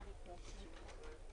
לא יכול להשתתף בדיון,